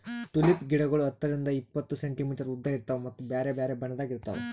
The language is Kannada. ಟುಲಿಪ್ ಗಿಡಗೊಳ್ ಹತ್ತರಿಂದ್ ಎಪ್ಪತ್ತು ಸೆಂಟಿಮೀಟರ್ ಉದ್ದ ಇರ್ತಾವ್ ಮತ್ತ ಬ್ಯಾರೆ ಬ್ಯಾರೆ ಬಣ್ಣದಾಗ್ ಇರ್ತಾವ್